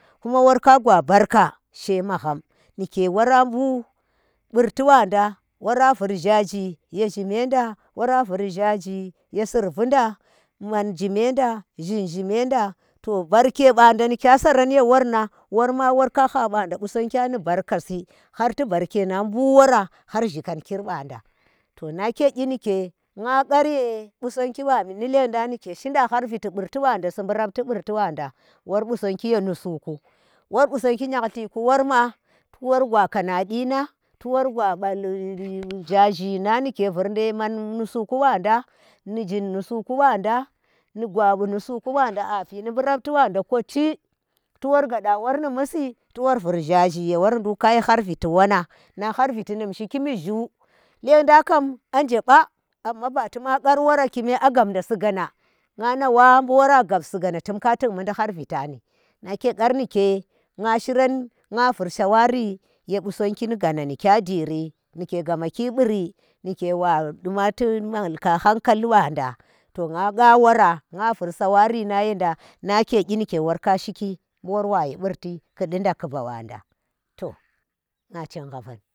kuma wor ka gwa barka she magham nike wora bu̱ burti whanda wara vur ghaaji ye zhimenda wora bur ghaaji ye survunda man zhimenda, ghin zhimenda ni zhi zhimenda to barke ɓanda nikya saram ye woran, worm, ka kha ɓanda gu sangya ni barka si har ti barke nang bu̱ wora har ghikankir ɓanda to nake gyi nike na ghar ye ƙusangyi ɓami ni lendang nike shinda har viti burti si har rafti burti ɓanda wor gusongyi ye khusu ku wor kusona ji nyalhhrku worma tigwa kana kyi, to wor gwa ghaaji nang ndike zurnda ye man nusuku bada ni zhin nusuku wanda, nu gwa wu nusuku wanda a vi niɓu rafti wanda akochi, tu wor gaɗa wur ni misi, to wor vur ghaaji ye wor ndukka yi har viti wonang. Na har viti num shiki zhu, lendang kam anje ɓa amma ba tuma gar wora kime a gab nda si gana, ana wa bu wora gabsi gana tum ka tik mudi har vitan ni. Nake khar nike nya shiram nga vur sawari ye. Qusonggin ga na, ni kya jiri nike gamaki ɓuri nike wa duma tu mallaka hankal ɓanda to ngaqa wora nga vur sawari nang yenda nake kyi nike worka shiki ɓu wor wayi burti ku ndida kuba wanda to ngacha ngafar.